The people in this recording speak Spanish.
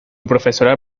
profesora